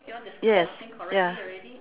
yes ya